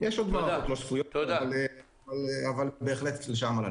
יש עוד מערכות לא שפויות, אבל בהחלט כפי שאמרת.